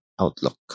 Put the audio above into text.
outlook